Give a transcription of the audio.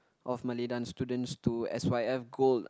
of Malay dance students to s_y_f gold